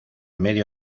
medio